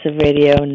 Radio